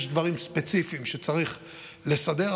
יש דברים ספציפיים שצריך לסדר,